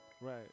right